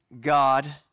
God